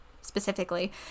specifically